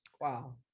Wow